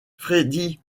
freddy